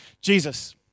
Jesus